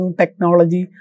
technology